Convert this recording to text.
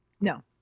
No